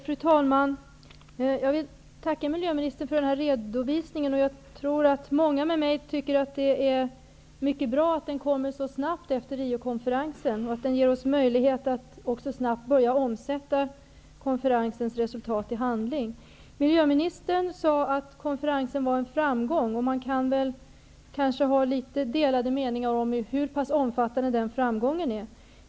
Fru talman! Jag vill tacka miljöministern för denna redovisning. Jag tror att många med mig tycker att det är mycket bra att den kommer så snabbt efter Riokonferensen och att den ger oss möjlighet att snabbt börja omsätta konferensens resultat i handling. Miljöministern sade att konferensen var en framgång. Man kan kanske ha litet delade meningar om hur pass omfattande den framgången är.